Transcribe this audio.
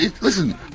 Listen